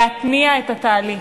להתניע את התהליך.